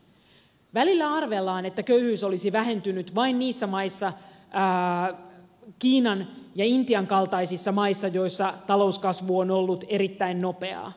välillä arvellaan että köyhyys olisi vähentynyt vain niissä maissa kiinan ja intian kaltaisissa maissa joissa talouskasvu on ollut erittäin nopeaa